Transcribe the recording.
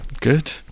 good